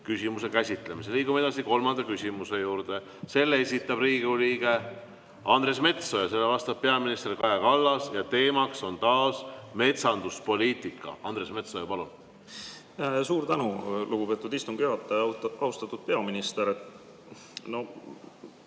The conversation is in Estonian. Metsoja, palun! Liigume edasi kolmanda küsimuse juurde. Selle esitab Riigikogu liige Andres Metsoja, sellele vastab peaminister Kaja Kallas ja teema on taas metsanduspoliitika. Andres Metsoja, palun! Suur tänu, lugupeetud istungi juhataja! Austatud peaminister! Kui